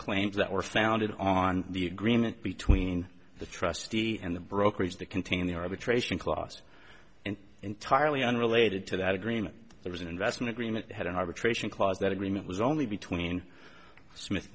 claims that were founded on the agreement between the trustee and the brokerage that contained the arbitration clause and entirely unrelated to that agreement there was an investment remit had an arbitration clause that agreement was only between smith